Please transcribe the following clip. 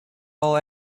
all